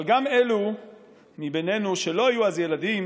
אבל גם אלו מבינינו שלא היו אז ילדים